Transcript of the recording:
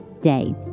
day